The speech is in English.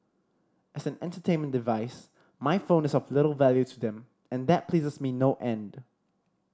as an entertainment device my phone is of little value to them and that pleases me no end